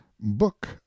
book